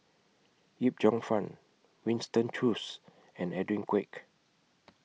Yip Cheong Fun Winston Choos and Edwin Koek